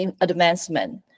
advancement